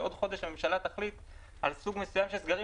ועוד חודש הממשלה תחליט על סוג מסוים של סגרים